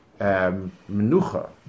Menucha